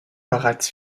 bereits